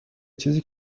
چیزی